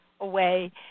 away